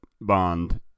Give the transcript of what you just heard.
Bond